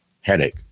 headache